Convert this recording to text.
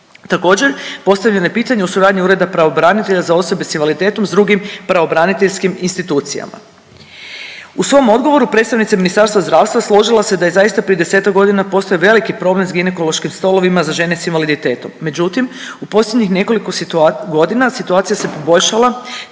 Također, postavljeno je pitanje o suradnji Ureda pravobranitelja za osobe s invaliditetom s drugim pravobraniteljskim institucijama. U svom odgovoru predstavnica Ministarstva zdravstva složila se da je zaista prije 10 godina postojao veliki problem s ginekološkim stolovima za žene s invaliditetom, međutim u posljednjih nekoliko situa… godina situacija se poboljšala